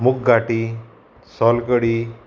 मुघाटी सोलकडी